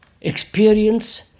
experience